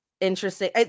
interesting